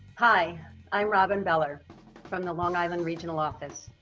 hi i'm robin beller from the long island regional office.